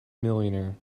millionaire